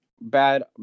bad